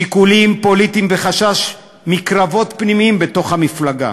שיקולים פוליטיים וחשש מקרבות פנימיים בתוך המפלגה.